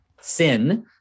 sin